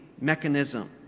mechanism